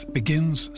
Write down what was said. begins